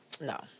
No